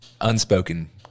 Unspoken